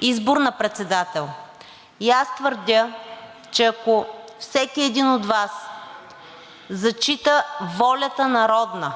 избор на председател? И аз твърдя, че ако всеки един от Вас зачита волята народна,